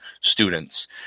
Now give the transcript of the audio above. students